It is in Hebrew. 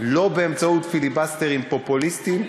לא באמצעות פיליבסטרים פופוליסטיים,